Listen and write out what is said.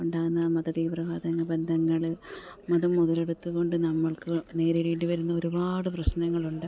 ഉണ്ടാകുന്ന മത തീവ്രവാദം നിബന്ധങ്ങൾ അത് മുതലെടുത്തു കൊണ്ട് നമ്മൾക്കു നേരിടേണ്ടി വരുന്ന ഒരുപാട് പ്രശ്നങ്ങളുണ്ട്